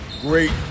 great